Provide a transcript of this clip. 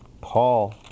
Paul